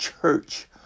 church